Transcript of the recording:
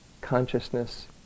consciousness